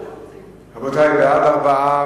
14)